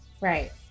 Right